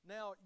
Now